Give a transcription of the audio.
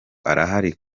arahari